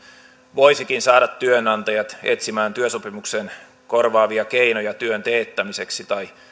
voisikin saada työnantajat etsimään työsopimuksen korvaavia keinoja työn teettämiseksi tai